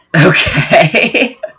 Okay